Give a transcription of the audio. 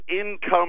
income